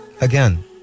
Again